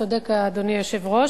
צודק אדוני היושב-ראש.